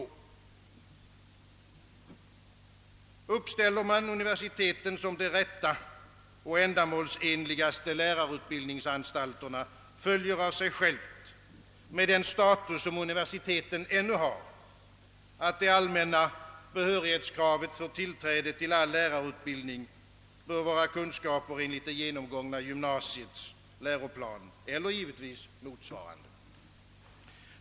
Uppställer man universiteten som de rätta och ändamålsenliga lärarutbildningsanstalterna, följer av sig självt med den status som universiteten ännu har, att det allmänna behörighetskravet för tillträde till all lärarutbildning bör vara kunskaper enligt det genomgångna gymnasiets läroplan eller givetvis motsvarande.